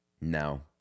No